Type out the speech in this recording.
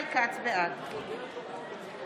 בעד